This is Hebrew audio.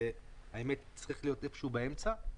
האמת תצטרך להיות איפשהו באמצע.